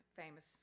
famous